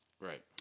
Right